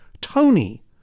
Tony